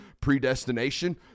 predestination